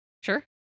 Sure